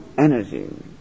energy